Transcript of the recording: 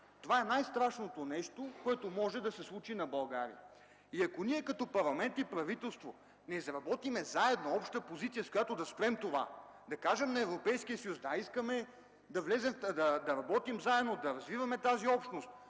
– най-страшното нещо, което може да се случи на България. И ако ние като парламент и като правителство не разработим обща позиция, с която да спрем това, да кажем на Европейския съюз: „Да, искаме да влезем, да работим заедно, да развиваме тази общност,